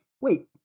wait